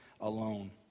alone